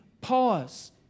pause